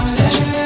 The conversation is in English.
session